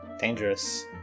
dangerous